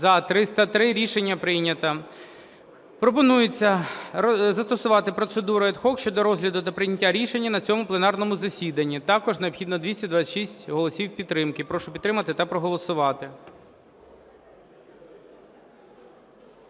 За-303 Рішення прийнято. Пропонується застосувати процедуру ad hoc щодо розгляду та прийняття рішення на цьому пленарному засіданні. Також необхідно 226 голосів підтримки. Прошу підтримати та проголосувати.